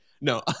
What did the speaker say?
No